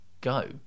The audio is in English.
go